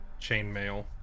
chainmail